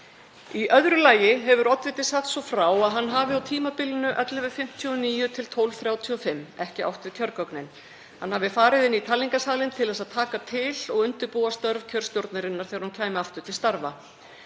Í öðru lagi hefur oddviti sagt svo frá að hann hafi á tímabilinu frá kl. 11.59 til kl. 12.35 ekki átt við kjörgögnin. Hann hafi farið inn í talningarsalinn til þess að taka til og undirbúa störf kjörstjórnarinnar þegar hún kæmi aftur til starfa.